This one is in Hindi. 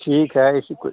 ठीक है ऐसी कोई